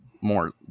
more